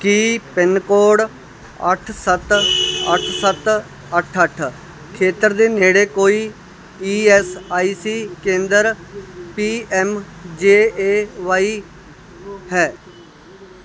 ਕੀ pin code ਅੱਠ ਸੱਤ ਅੱਠ ਸੱਤ ਅੱਠ ਅੱਠ ਖੇਤਰ ਦੇ ਨੇੜੇ ਕੋਈ ਈ ਐੱਸ ਆਈ ਸੀ ਕੇਂਦਰ P M J A Y ਹੈ